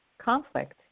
conflict